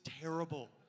terrible